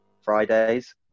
Fridays